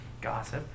gossip